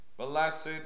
Blessed